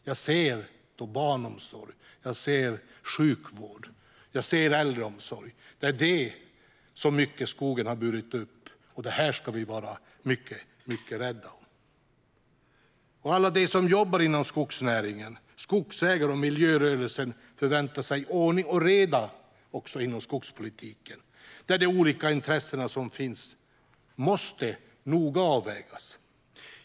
Jag ser vår barnomsorg, sjukvård och äldreomsorg. Mycket av detta har skogen burit upp, och det ska vi vara mycket rädda om. Alla som jobbar inom skogsnäringen, skogsägare och miljörörelsen förväntar sig ordning och reda inom skogspolitiken, där de olika intressen som finns måste avvägas noga.